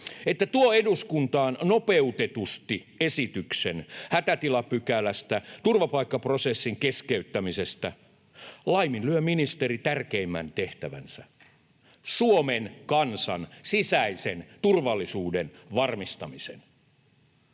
että tuo eduskuntaan nopeutetusti esityksen hätätilapykälästä, turvapaikkaprosessin keskeyttämisestä, laiminlyö ministeri tärkeimmän tehtävänsä, Suomen kansan sisäisen turvallisuuden varmistamisen.